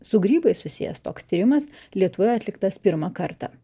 su grybais susijęs toks tyrimas lietuvoje atliktas pirmą kartą